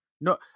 no